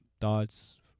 thoughts